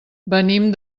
venim